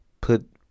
put